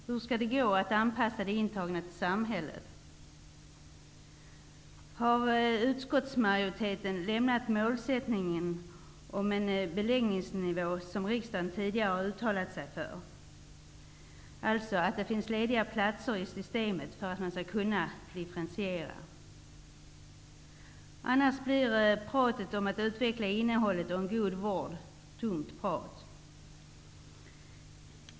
Hur skall det gå att anpassa de intagna till samhället? Har utskottsmajoriteten gått ifrån målsättningen om den beläggningsnivå som riksdagen tidigare har uttalat sig för, dvs. att det skall finnas lediga platser i systemet för att man skall kunna göra en differentiering. Annars blir talet om att utveckla innehållet och ge god vård tomt prat.